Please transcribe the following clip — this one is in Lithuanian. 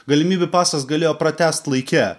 galimybių pasas galėjo pratęst laike